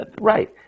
Right